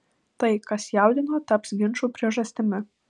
tai kas jaudino taps ginčų priežastimi